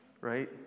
right